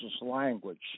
language